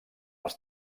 els